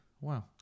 wow